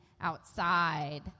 outside